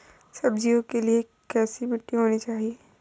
सब्जियों के लिए कैसी मिट्टी होनी चाहिए?